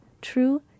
true